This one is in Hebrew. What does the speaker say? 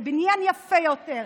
לבניין יפה יותר,